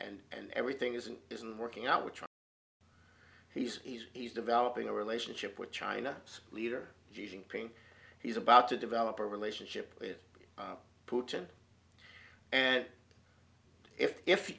and and everything isn't isn't working out which he's he's he's developing a relationship with china leader saying he's about to develop a relationship with putin and if